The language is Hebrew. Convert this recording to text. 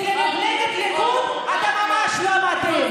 כי למפלגת הליכוד אתה ממש לא מתאים.